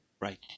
Right